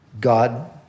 God